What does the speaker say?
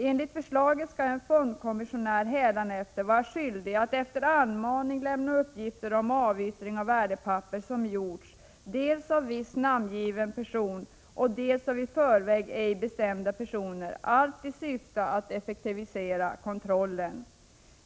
Enligt förslaget skall en fondkommissionär hädanefter vara skyldig att efter anmaning lämna uppgifter onr avyttring av värdepapper som gjorts dels av viss namngiven person, dels av i förväg ej bestämda personer, allt i syfte att effektivisera kontrollen.